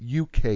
UK